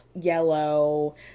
yellow